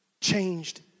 Changed